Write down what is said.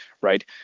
right